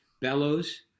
Bellows